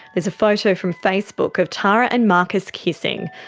there's a photo from facebook of tara and marcus kissing.